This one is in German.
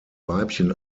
weibchen